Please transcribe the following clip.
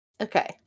Okay